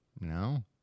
No